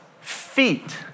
Feet